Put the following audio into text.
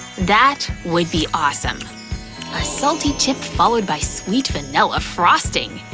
that would be awesome. a salty chip followed by sweet vanilla frosting.